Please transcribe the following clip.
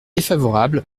défavorable